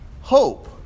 hope